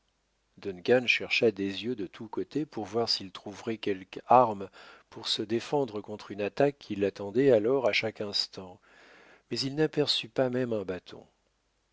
chercha des yeux de tous côtés pour voir s'il trouverait quelque arme pour se défendre contre une attaque qu'il attendait alors à chaque instant mais il n'aperçut pas même un bâton